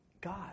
God